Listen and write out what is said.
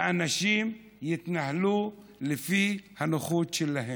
האנשים יתנהלו לפי הנוחות שלהם.